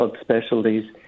specialties